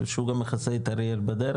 שהוא גם מכסה את אריאל בדרך.